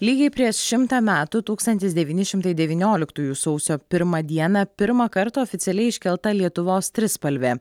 lygiai prieš šimtą metų tūkstantis devyni šimtai devynioliktųjų sausio pirmą dieną pirmą kartą oficialiai iškelta lietuvos trispalvė